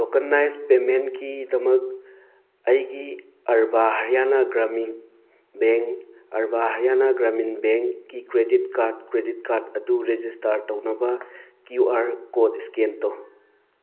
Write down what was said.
tokenise ꯄꯦꯃꯦꯟꯀꯤꯗꯃꯛ ꯑꯩꯒꯤ urban Haryana Gramin bank urban Haryana Gramin ꯕꯦꯡꯀꯤ ꯀ꯭ꯔꯦꯗꯤꯠ ꯀꯥꯔꯠ ꯀ꯭ꯔꯦꯗꯤꯠ ꯀꯥꯔꯠ ꯑꯗꯨ ꯔꯦꯖꯤꯁꯇꯥꯔ ꯇꯧꯅꯕ ꯀ꯭ꯌꯨ ꯑꯥꯔ ꯀꯣꯗ ꯁ꯭ꯀꯦꯟ ꯇꯧ